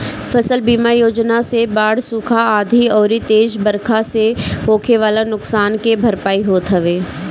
फसल बीमा योजना से बाढ़, सुखा, आंधी अउरी तेज बरखा से होखे वाला नुकसान के भरपाई होत हवे